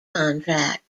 contract